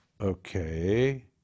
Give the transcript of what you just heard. Okay